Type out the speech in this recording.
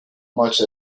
much